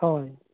ᱦᱳᱭ